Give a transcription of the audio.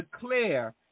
declare